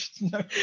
No